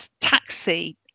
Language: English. taxi